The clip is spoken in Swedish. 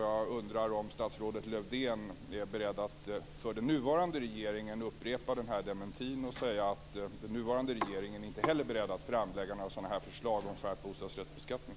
Jag undrar om statsrådet Lövdén är beredd att för den nuvarande regeringen upprepa den här dementin och säga att den nuvarande regeringen inte heller är beredd att lägga fram några förslag om skärpt bostadsrättsbeskattning.